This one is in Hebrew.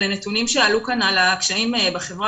אתמקד בנתונים שעלו כאן על הקשיים בחברה